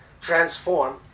transform